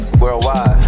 worldwide